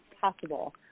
possible